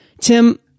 Tim